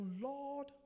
Lord